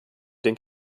den